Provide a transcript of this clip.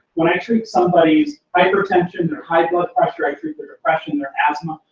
when i treat somebody's hypertension, their high blood pressure, i treat their depression, their asthma,